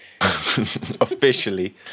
Officially